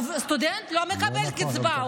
סטודנט לא מקבל קצבה.